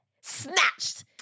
Snatched